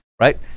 Right